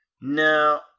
Now